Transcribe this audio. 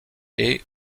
est